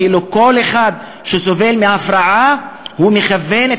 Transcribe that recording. כאילו כל אחד שסובל מהפרעה מכוון את